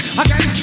again